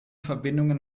verbindungen